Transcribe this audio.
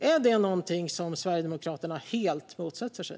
Är det något som Sverigedemokraterna helt motsätter sig?